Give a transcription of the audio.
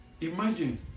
imagine